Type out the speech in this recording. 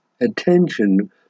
attention